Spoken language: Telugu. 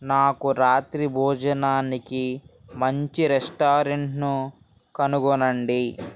నాకు రాత్రి భోజనానికి మంచి రెస్టారెంట్ను కనుగొనండి